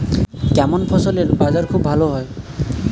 কেমন ফসলের বাজার খুব ভালো হয়?